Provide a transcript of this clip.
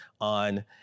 on